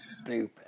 Stupid